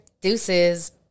Deuces